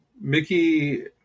Mickey